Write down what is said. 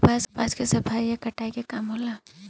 कपास के सफाई आ कताई के काम होला